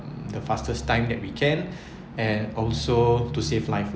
the fastest time that we can and also to save life